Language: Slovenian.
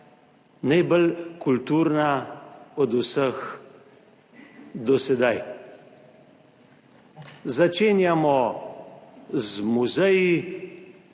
najbolj kulturna od vseh do sedaj. Začenjamo z muzeji.